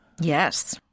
Yes